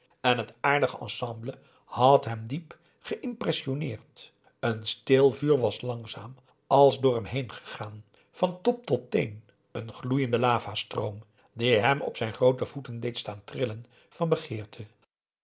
en het aardig ensemble had hem diep geïmpressionneerd een stil vuur was langzaam als door hem heengegaan van top tot teen een gloeiende lavastroom aum boe akar eel die hem op zijn groote voeten deed staan trillen van begeerte